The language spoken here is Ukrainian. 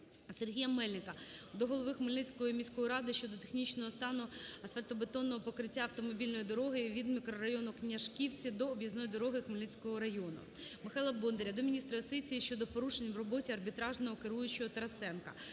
Сергія Мельника до голови Хмельницької міської ради щодо технічного стану асфальтобетонного покриття автомобільної дороги від мікрорайону Книжківці до об'їзної дороги Хмельницького району. Михайла Бондаря до міністра юстиції щодо порушень в роботі арбітражного керуючого Тарасенка.